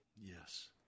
Yes